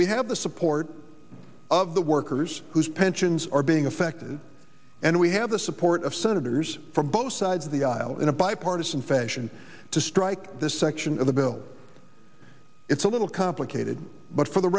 we have the support of the workers whose pensions are being affected and we have the support of senators from both sides of the aisle in a bipartisan fashion to strike this section of the bill it's a little complicated but for the